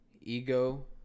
Ego